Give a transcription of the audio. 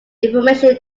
information